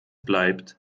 bleibt